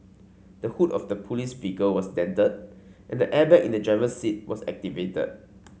the hood of the police vehicle was dented and the airbag in the driver's seat was activated